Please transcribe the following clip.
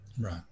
right